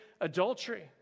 adultery